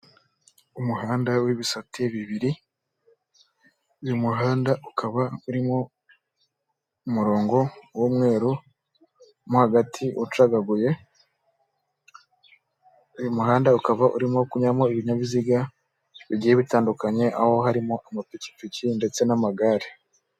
Umuhanda w'ibisate bibiri uyu muhanda ukaba urimo umurongo w'umweru mo hagati ucagaguye, uyu muhanda ukaba urimo kunyura mo ibinyabiziga bigiye bitandukanye aho harimo amapikipiki ndetse n'amagare.